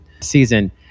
season